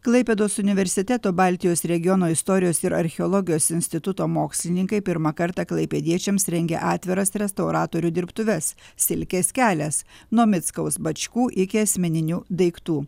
klaipėdos universiteto baltijos regiono istorijos ir archeologijos instituto mokslininkai pirmą kartą klaipėdiečiams rengia atviras restauratorių dirbtuves silkės kelias nuo mickaus bočkų iki asmeninių daiktų